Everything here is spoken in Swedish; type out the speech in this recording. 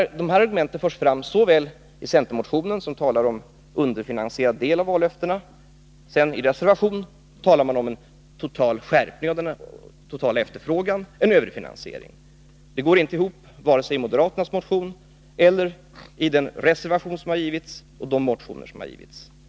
Dessa argument förs fram såväl i centermotionen, vilken talar om en underfinansierad del av vallöftena, som i reservationen, vilken talar om en skärpning av den totala efterfrågan — en överfinansiering. Detta går inte ihop, varken i moderaternas motion eller i den reservation och de motioner som har givits.